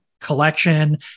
collection